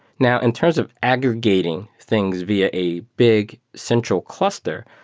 now in terms of aggregating things via a big central cluster,